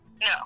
No